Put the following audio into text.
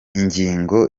ingingo